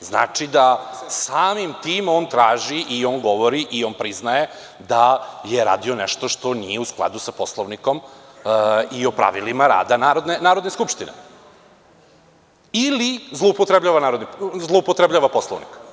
znači da samim tim on traži i on govori i on priznaje da je radio nešto što nije u skladu sa Poslovnikom i o pravilima rada Narodne skupštine, ili zloupotrebljava Poslovnik.